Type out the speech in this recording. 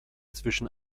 zwischen